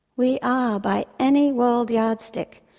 we are, by any world yardstick,